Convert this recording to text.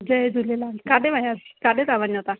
जय झूलेलाल केॾांहुं वञो केॾांहुं था वञो तव्हां